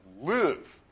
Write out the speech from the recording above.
live